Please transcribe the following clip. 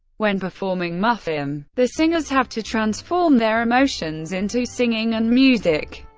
when performing mugham, the singers have to transform their emotions into singing and music.